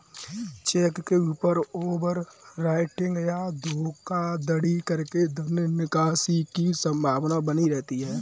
check के ऊपर overwriting या धोखाधड़ी करके धन निकासी की संभावना बनी रहती है